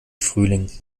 frühling